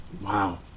wow